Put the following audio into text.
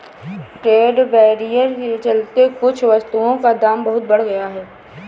trade barrier के चलते कुछ वस्तुओं का दाम बहुत बढ़ गया है